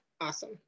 awesome